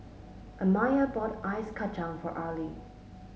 Amiah bought Ice Kachang for Arline